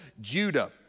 Judah